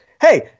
hey